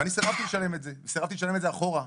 אני סירבתי לשלם את זה, וסירבתי לשלם את זה אחורה.